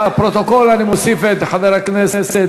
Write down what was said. לפרוטוקול אני מוסיף את חבר הכנסת